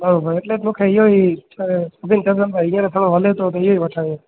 हा हा इते मूंखे इहो ई त दिलि करे थो त हींअर थोरो हले थो त इहो ई वठां